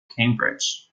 cambridge